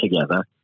together